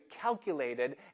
calculated